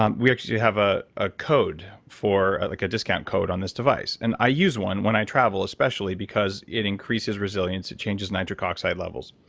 um we actually have a ah code for like a discount code on this device. and i use one, when i travel especially, because it increases resilience. it changes nitrox oxide levels.